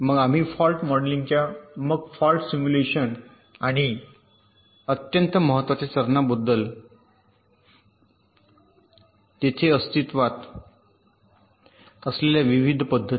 मग आम्ही फॉल्ट मॉडेलिंगच्या मग फॉल्ट सिम्युलेशन आणि अत्यंत महत्वाच्या चरणांबद्दल बोललो तेथे अस्तित्त्वात असलेल्या विविध पद्धती